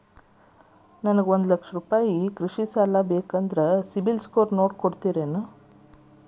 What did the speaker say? ನನಗೊಂದ ಲಕ್ಷ ರೂಪಾಯಿ ಕೃಷಿ ಸಾಲ ಬೇಕ್ರಿ ಸಿಬಿಲ್ ಸ್ಕೋರ್ ನೋಡಿ ಕೊಡ್ತೇರಿ?